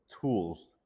tools